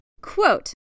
Quote